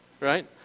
right